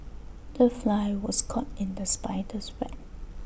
the fly was caught in the spider's web